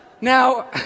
Now